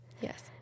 Yes